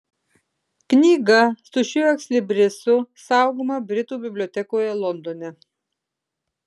knyga su šiuo ekslibrisu saugoma britų bibliotekoje londone